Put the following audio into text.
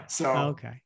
Okay